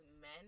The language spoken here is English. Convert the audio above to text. men